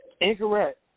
Incorrect